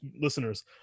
listeners